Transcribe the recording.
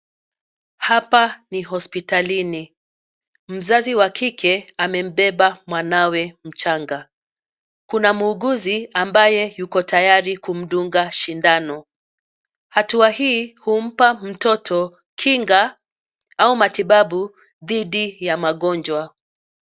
Hapa ni hospitalini mzazi wa kike amembeba mwanawe mchanga. Kuna muuguzi ambaye yuko tayari kumdunga sindano. Hatua hii humpa mtoto kinga au matibabu dhidi ya magonjwa.